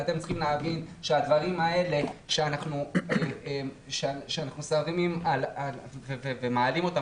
ואתם צריכים להבין שהדברים האלה שאנחנו שמים ומעלים אותם